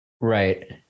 Right